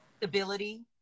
stability